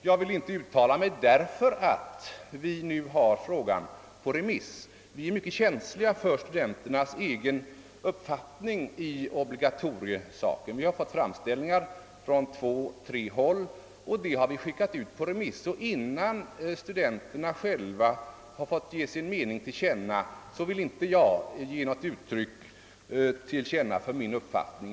Jag ville inte uttala mig tydligare i dag, därför att vi nu har frågan ute på remiss. Och vi är mycket känsliga för studenternas egen uppfattning i fråga om obligatoriet. Vi har fått framställningar från två, tre olika håll. Dessa framställningar har vi sänt ut på remiss, och innan studenterna själva fått tillfälle att ge sin mening till känna vill jag inte gå närmare in på vad som är min uppfattning.